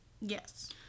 Yes